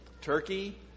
turkey